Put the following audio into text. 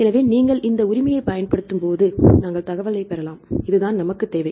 எனவே நீங்கள் இந்த உரிமையைப் பயன்படுத்தும்போது நாங்கள் தகவலைப் பெறலாம் இதுதான் நமக்குத் தேவை